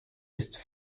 ist